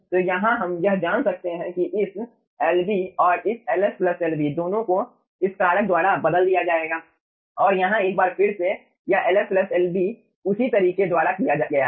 तो यहाँ हम यह जान सकते हैं कि इस Lb और LsLb दोनों को इस कारक द्वारा बदल दिया गया है और यहाँ एक बार फिर से यह Ls Lb उसी तरीके द्वारा किया गया है